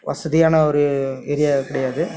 வசதியான ஒரு ஏரியா கிடையாது